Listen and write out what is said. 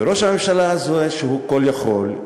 וראש הממשלה הזה, שהוא כול-יכול,